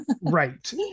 right